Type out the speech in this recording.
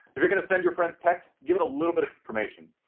if you're gonna send your friends texts, give it a little bit of information.